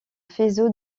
faisceau